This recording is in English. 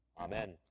Amen